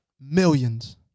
millions